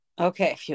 Okay